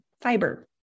fiber